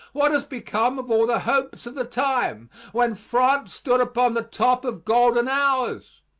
what has become of all the hopes of the time when france stood upon the top of golden hours?